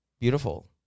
beautiful